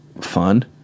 fun